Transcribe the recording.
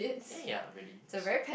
yeah yeah really s~